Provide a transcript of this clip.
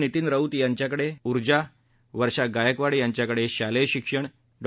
नितीन राऊत यांच्याकडे उर्जा वर्षा गायकवाड यांच्याकडे शालेय शिक्षण डॉ